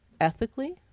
ethically